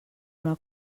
una